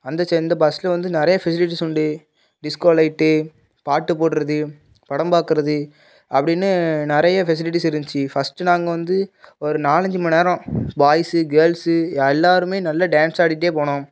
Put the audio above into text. அந்த இந்த பஸ்ஸில் வந்து நிறைய ஃபெசிலிட்டிஸ் உண்டு டிஸ்கோ லைட்டு பாட்டு போடுவது படம் பார்க்குறது அப்படினு நிறைய ஃபெசிலிட்டிஸ் இருந்துச்சு ஃபஸ்ட்டு நாங்கள் வந்து ஒரு நாலஞ்சு மணிநேரம் பாய்ஸு கேர்ள்ஸு எல்லோருமே நல்லா டான்ஸ் ஆடிட்டே போனோம்